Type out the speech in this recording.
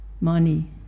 money